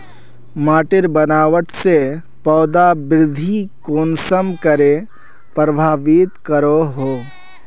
माटिर बनावट से पौधा वृद्धि कुसम करे प्रभावित करो हो?